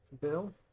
bill